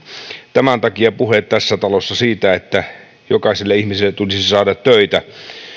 tämän takia puheet tässä talossa siitä että jokaiselle ihmiselle tulisi saada töitä